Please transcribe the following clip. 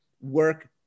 work